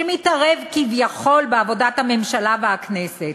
שמתערב כביכול בעבודת הממשלה והכנסת.